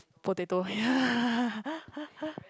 potato ya